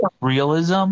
Realism